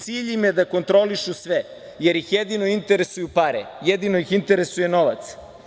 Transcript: Cilj im je da kontrolišu sve, jer ih jedino interesuju pare, jedino ih interesuje novac.